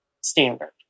standard